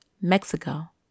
Mexico